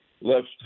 left